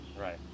Right